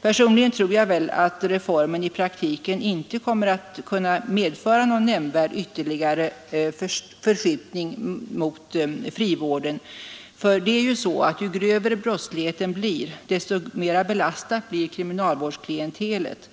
Personligen tror jag att reformen i praktiken inte kommer att medföra någon nämnvärd ytterligare förskjutning mot frivården. Ju grövre brottsligheten blir, desto mera belastat blir kriminalvårdsklientelet.